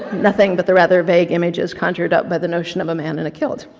nothing but the rather vague images conjured up by the notion of a man in kilt.